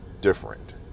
different